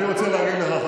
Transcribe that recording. אני רוצה להגיד לך,